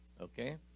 Okay